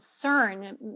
concern